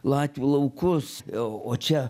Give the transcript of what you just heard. latvių laukus o čia